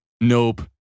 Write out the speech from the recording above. Nope